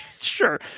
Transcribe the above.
Sure